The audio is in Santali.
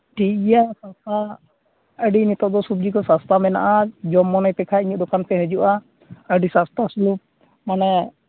ᱴᱷᱤᱠ ᱜᱮᱭᱟ ᱟᱹᱰᱤ ᱱᱤᱛᱚᱜ ᱫᱚ ᱥᱚᱵᱡᱤ ᱠᱚ ᱥᱟᱥᱛᱟ ᱢᱮᱱᱟᱜᱼᱟ ᱡᱚᱢ ᱢᱚᱱᱮ ᱯᱮᱠᱷᱟᱱ ᱤᱧᱟᱹᱜ ᱫᱚᱠᱟᱱ ᱯᱮ ᱦᱤᱡᱩᱜᱼᱟ ᱟᱹᱰᱤ ᱥᱚᱥᱛᱟ ᱥᱩᱞᱚᱵᱷ ᱢᱟᱱᱮ